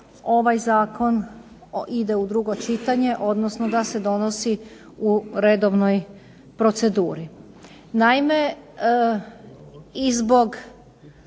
ovaj zakon ide u drugo čitanje, odnosno da se donosi u redovnoj proceduri.